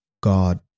God